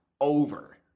over